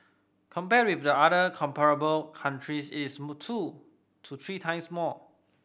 compared with the other comparable countries it is two to three times more